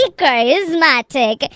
charismatic